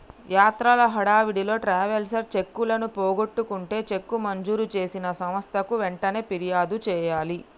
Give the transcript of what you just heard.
యాత్రల హడావిడిలో ట్రావెలర్స్ చెక్కులను పోగొట్టుకుంటే చెక్కు మంజూరు చేసిన సంస్థకు వెంటనే ఫిర్యాదు చేయాలి